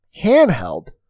handheld